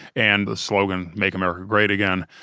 and the slogan make america great again,